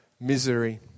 misery